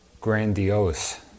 grandiose